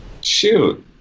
shoot